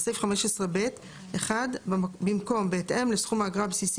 בסעיף 15(ב) - (1) במקום "בהתאם לסכום האגרה הבסיסי